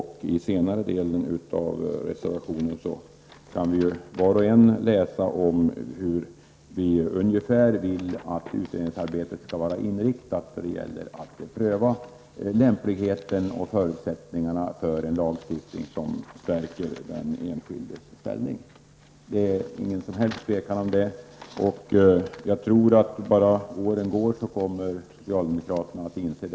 I den senare delen av reservationen antyder vi hur utredningsarbetet skall vara inriktat då det gäller att pröva lämpligheten och förutsättningarna för en lagstiftning som stärker den enskildes ställning. Det råder inget som helst tvivel på den punkten. Jag tror att socialdemokraterna så småningom kommer till samma insikt.